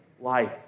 life